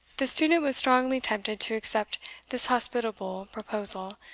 the student was strongly tempted to accept this hospitable proposal,